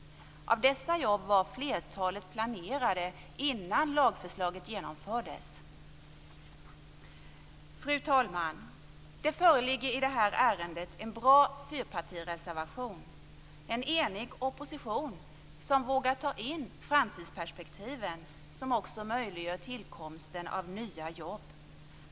Av dessa jobb var flertalet planerade innan lagförslaget genomfördes. Fru talman! Det föreligger i detta ärende en bra fyrpartireservation. En enig opposition vågar ta in framtidsperspektiven, som också möjliggör tillkomsten av nya jobb.